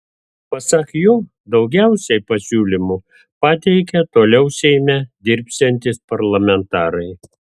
pasak jo daugiausiai pasiūlymų pateikė toliau seime dirbsiantys parlamentarai